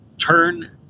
turn